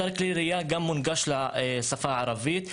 אתר כלי ירייה גם מונגש לשפה הערבית.